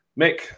Mick